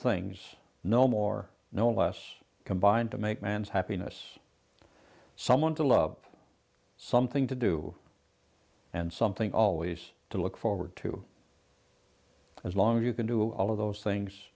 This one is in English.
things no more no less combine to make man's happiness someone to love something to do and something always to look forward to as long as you can do all of those things